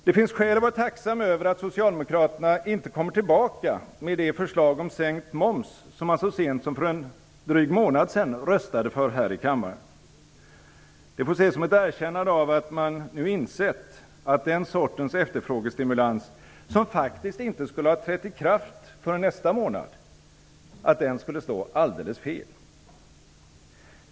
Det finns skäl att vara tacksam över att Socialdemokraterna inte kommer tillbaka med det förslag om sänkt moms som man så sent som för en dryg månad sedan röstade för här i kammaren. Det får ses som ett erkännande av att man nu insett att den sortens efterfrågestimulans, som faktiskt inte skulle ha trätt i kraft förrän nästa månad, skulle slå alldeles fel.